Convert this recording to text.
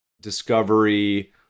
discovery